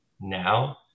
now